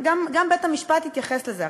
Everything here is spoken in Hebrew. גם בית-המשפט התייחס לזה.